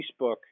Facebook